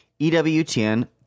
EWTN